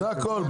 זה הכול.